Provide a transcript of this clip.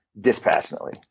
dispassionately